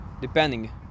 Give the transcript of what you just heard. Depending